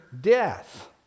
death